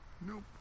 Nope